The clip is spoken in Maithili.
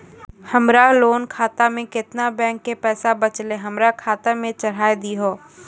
हमरा लोन खाता मे केतना बैंक के पैसा बचलै हमरा खाता मे चढ़ाय दिहो?